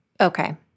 okay